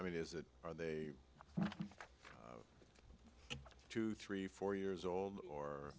i mean is it are they two three four years old or